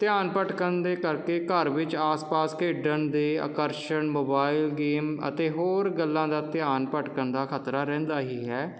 ਧਿਆਨ ਭਟਕਣ ਦੇ ਕਰਕੇ ਘਰ ਵਿੱਚ ਆਸ ਪਾਸ ਖੇਡਣ ਦੇ ਆਕਰਸ਼ਣ ਮੋਬਾਈਲ ਗੇਮ ਅਤੇ ਹੋਰ ਗੱਲਾਂ ਦਾ ਧਿਆਨ ਭਟਕਣ ਦਾ ਖਤਰਾ ਰਹਿੰਦਾ ਹੀ ਹੈ